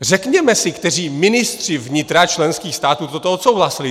Řekněme si, kteří ministři vnitra členských států toto odsouhlasili.